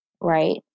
right